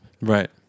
right